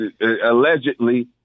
allegedly